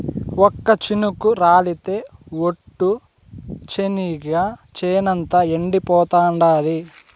ఒక్క చినుకు రాలితె ఒట్టు, చెనిగ చేనంతా ఎండిపోతాండాది